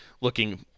looking